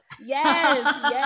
yes